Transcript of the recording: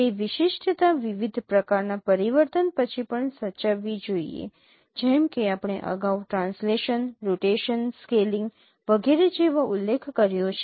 તે વિશિષ્ટતા વિવિધ પ્રકારના પરિવર્તન પછી પણ સાચવવી જોઈએ જેમ કે આપણે અગાઉ ટ્રાન્સલેશન રોટેશન સ્કેલિંગtranslation rotation scaling વગેરે જેવા ઉલ્લેખ કર્યો છે